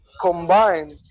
combine